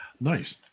Nice